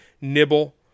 nibble